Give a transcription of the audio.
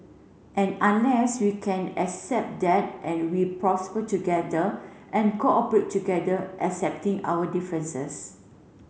and unless we can accept that and we prosper together and cooperate together accepting our differences